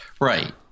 Right